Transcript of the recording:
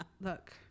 Look